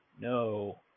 No